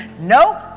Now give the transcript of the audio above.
Nope